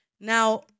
Now